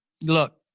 look